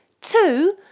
two